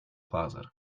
closet